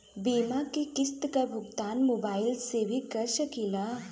बीमा के किस्त क भुगतान मोबाइल से भी कर सकी ला?